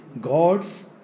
God's